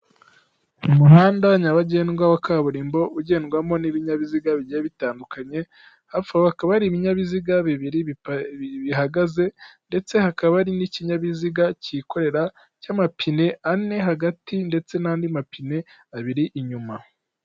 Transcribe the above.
Umuhanda nyabagendwa wa kaburimbo ugendwamo n'ibinyabiziga bigiye bitandukanye, hafi aho hakaba hari ibinyabiziga bibiri bihagaze ndetse hakaba hari n'ikinyabiziga cyikorera cy'amapine ane hagati ndetse n'andi mapine abiri inyuma.